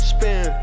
Spin